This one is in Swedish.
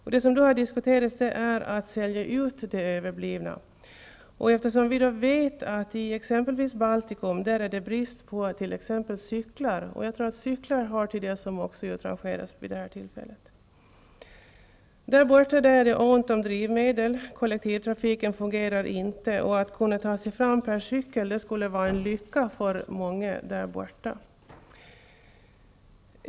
Diskussionen har då gällt möjligheten att sälja ut överbliven materiel. I Baltikum vet vi att det råder brist på cyklar. Jag tror att cyklar hör till det som skall utrangeras. I Baltikum är det ont om drivmedel. Kollektivtrafiken fungerar inte. Att ta sig fram på cykel skulle vara en lycka för många.